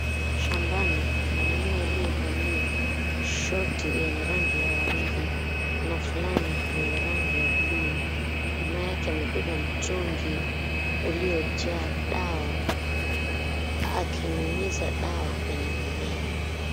Shambani mwanamume aliyevalia shoti yenye rangi ya waridi na fulana yenye rangi ya bluu. Nyuma yake amebeba mtungi uliojaa dawa akinyunyiza dawa kwenye mimea.